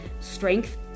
strength